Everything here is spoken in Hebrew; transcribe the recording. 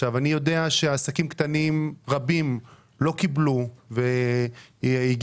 אני יודע שעסקים קטנים רבים לא קיבלו הלוואות